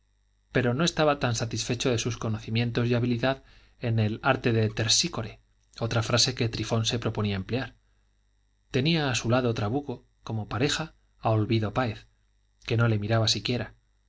pero no estaba tan satisfecho de sus conocimientos y habilidad en el arte de terpsícore otra frase que trifón se proponía emplear tenía a su lado trabuco como pareja a olvido páez que no le miraba siquiera